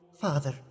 Father